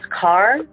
car